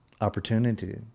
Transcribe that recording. opportunity